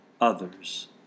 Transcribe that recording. others